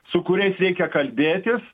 su kuriais reikia kalbėtis